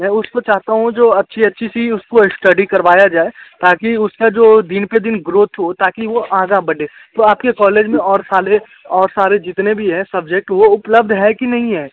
मैं उसको चाहता हूँ जो अच्छी अच्छी सी उसको इस्टडी करवाया जाए ताकि वो उससे जो दिन पे दिन ग्रोथ हो ताकि वो आगे बढ़े तो आपके कॉलेज में और साल ए और सारे जितने भी हैं सब्जेक्ट वो उपलब्ध है कि नहीं है